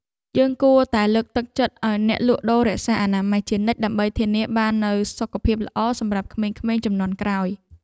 យើងគួរតែលើកទឹកចិត្តឱ្យអ្នកលក់ដូររក្សាអនាម័យជានិច្ចដើម្បីធានាបាននូវសុខភាពល្អសម្រាប់ក្មេងៗជំនាន់ក្រោយ។